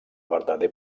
verdader